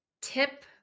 tip